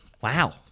Wow